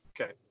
okay